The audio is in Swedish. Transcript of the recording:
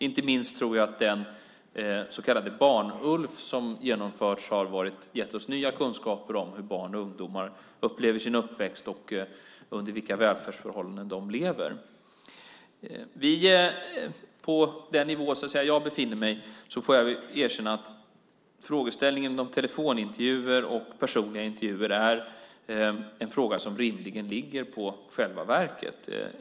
Inte minst tror jag att den så kallade Barn-ULF som genomförts har gett oss nya kunskaper om hur barn och ungdomar upplever sin uppväxt och under vilka välfärdsförhållanden de lever. Jag får erkänna att för mig är frågeställningen om telefonintervjuer och personliga intervjuer en fråga som rimligen ligger på verket.